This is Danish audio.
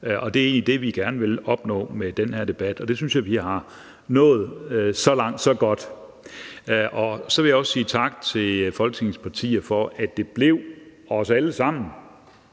og det er egentlig det, vi gerne vil opnå med den her debat, og det synes jeg vi har nået. Så langt, så godt. Så vil jeg også sige tak til Folketingets partier for, at det blev os alle sammen,